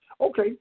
Okay